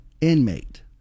inmate